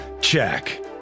Check